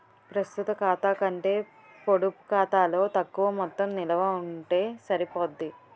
ప్రస్తుత ఖాతా కంటే పొడుపు ఖాతాలో తక్కువ మొత్తం నిలవ ఉంటే సరిపోద్ది